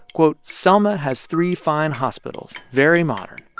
quote, selma has three fine hospitals very modern.